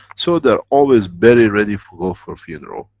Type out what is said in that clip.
so they always bury ready for go for a funeral.